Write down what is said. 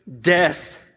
death